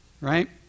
right